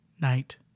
Night